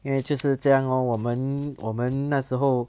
因为就是这样 lor 我们我们那时候